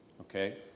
Okay